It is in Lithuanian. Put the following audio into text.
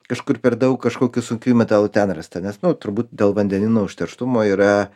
kažkur per daug kažkokių sunkiųjų metalų ten rasta nes nu turbūt dėl vandenyno užterštumo yra